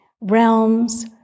Realms